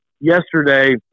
Yesterday